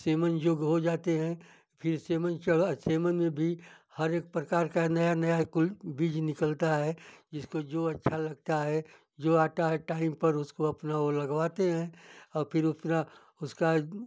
semen जोग हो जाते हैं फिर सेमन चढ़ सेमन में भी हर एक प्रकार का नया नया कुल बीज निकलता है जिसको जो अच्छा लगता है जो आता है टाइम पर उसको अपना वो लगवाते हैं और फिर उपना उसका